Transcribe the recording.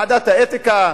ועדת האתיקה,